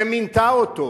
שמינתה אותו,